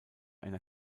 einer